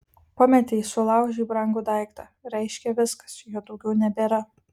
pametei sulaužei brangų daiktą reiškia viskas jo daugiau nebėra